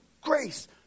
grace